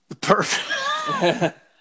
Perfect